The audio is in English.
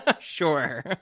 Sure